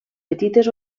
petites